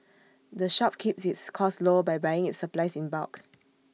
the shop keeps its costs low by buying its supplies in bulk